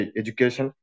education